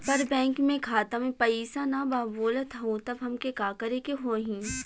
पर बैंक मे खाता मे पयीसा ना बा बोलत हउँव तब हमके का करे के होहीं?